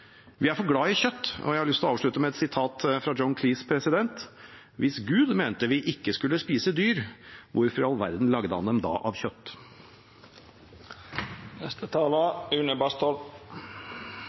Vi er for glade i kjøtt – og jeg har lyst til å avslutte med et sitat fra John Cleese: Hvis Gud mente vi ikke skulle spise dyr, hvorfor i all verden lagde han dem da av